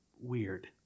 weird